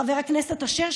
חבר הכנסת אשר,